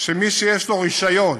שמי שיש לו רישיון